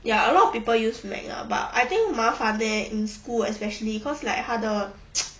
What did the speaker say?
ya a lot of people use mac lah but I think 麻烦 leh in school especially cause like 它的